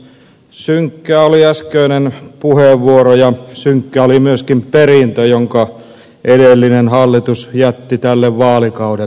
synkkä oli äskeinen puheenvuoro ja synkkä oli myöskin perintö jonka edellinen hallitus jätti tälle vaalikaudelle